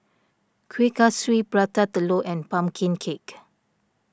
Kuih Kaswi Prata Telur and Pumpkin Cake